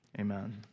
Amen